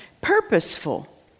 Purposeful